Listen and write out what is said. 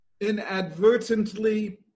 inadvertently